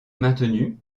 maintenu